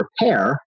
prepare